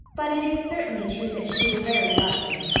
but it is certainly true that she is very lovely.